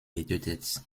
getötet